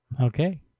Okay